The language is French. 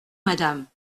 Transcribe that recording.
madame